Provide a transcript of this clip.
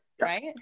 Right